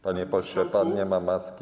Panie pośle, pan nie ma maski.